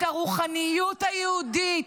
את הרוחניות היהודית,